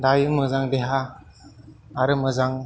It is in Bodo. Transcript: दायो मोजां देहा आरो मोजां